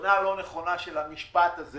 הבנה לא נכונה של המשפט הזה